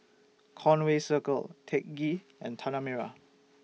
Conway Circle Teck Ghee and Tanah Merah